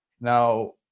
Now